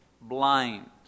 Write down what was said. blind